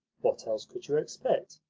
what else could you expect?